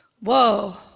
whoa